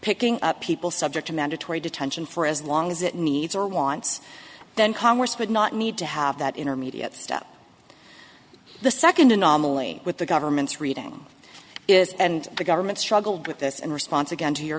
picking up people subject to mandatory detention for as long as it needs or wants then congress would not need to have that intermediate step the second anomaly with the government's reading is and the government struggled with this in response again to your